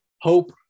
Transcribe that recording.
hope